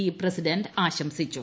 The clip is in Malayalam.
ഇ പ്രസിഡന്റ് ആശംസിച്ചു